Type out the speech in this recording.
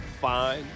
fine